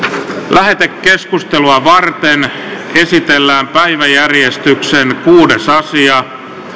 lähetekeskustelua varten esitellään päiväjärjestyksen kuudes asia